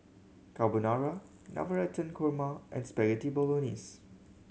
Carbonara Navratan Korma and Spaghetti Bolognese